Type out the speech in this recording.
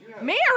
Mary